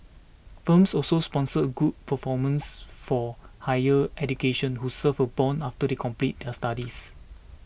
firms also sponsor good performers for higher education who serve a bond after they complete their studies